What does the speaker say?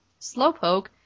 Slowpoke